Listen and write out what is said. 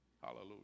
Hallelujah